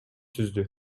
түздү